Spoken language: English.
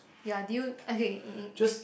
ya due okay in in English